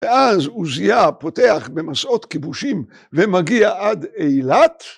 ואז עוזיה פותח במסעות כיבושים ומגיע עד אילת.